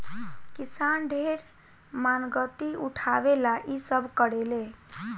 किसान ढेर मानगती उठावे ला इ सब करेले